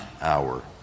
hour